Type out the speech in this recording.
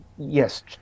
Yes